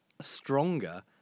stronger